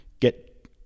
get